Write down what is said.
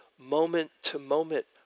moment-to-moment